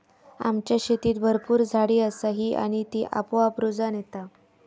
आमच्या शेतीत भरपूर झाडी असा ही आणि ती आपोआप रुजान येता